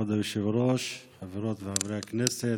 כבוד היושב-ראש, חברות וחברי הכנסת,